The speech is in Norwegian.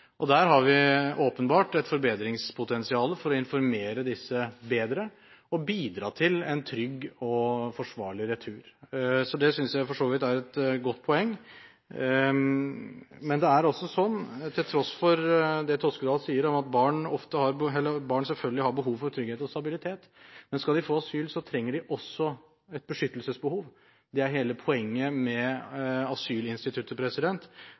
har åpenbart et forbedringspotensial for å informere disse bedre og bidra til en trygg og forsvarlig retur. Så det synes jeg for så vidt er et godt poeng. Men det er også sånn – til tross for det Toskedal sier om at barn selvfølgelig har behov for trygghet og stabilitet – at skal de få asyl, må de også ha et beskyttelsesbehov. Det er hele poenget med asylinstituttet, og jeg tror det er viktig at vi ikke bidrar til å uthule asylinstituttet